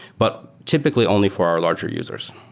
but typically only for our larger users.